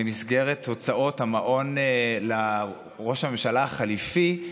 במסגרת הוצאות המעון לראש הממשלה החליפי,